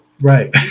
Right